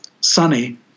Sunny